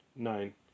Nine